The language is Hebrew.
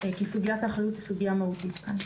סוגיית האחריות היא סוגיה מהותית כאן.